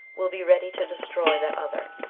will be ready to destroy that other,